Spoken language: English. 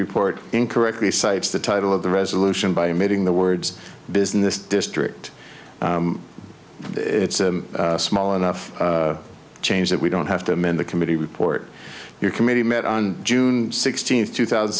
report incorrectly cites the title of the resolution by omitting the words business district it's a small enough change that we don't have to amend the committee report your committee met on june sixteenth two thousand